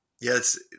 yes